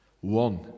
One